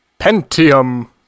Pentium